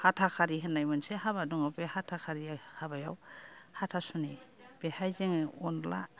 हाथाखारि होननाय मोनसे हाबा दङ बे हाथाखारि हाबायाव हाथासुनि बेहाय जोङो अनला